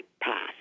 path